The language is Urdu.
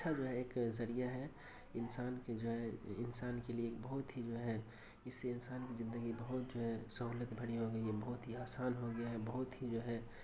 اچھا جو ہے ایک ذریعہ ہے انسان کے جو ہے انسان کے لیے ایک بہت ہی جو ہے اس سے انسان کی زندگی بہت جو ہے سہولت بھری ہو گئی ہے بہت ہی آسان ہو گیا ہے بہت ہی جو ہے